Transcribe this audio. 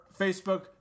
Facebook